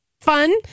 fun